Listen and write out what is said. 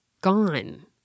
gone